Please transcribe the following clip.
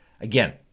Again